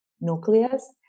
nucleus